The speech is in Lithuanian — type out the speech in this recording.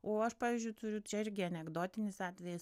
o aš pavyzdžiui turiu čia irgi anekdotinis atvejis